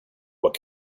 what